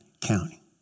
County